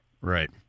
Right